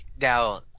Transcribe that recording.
Now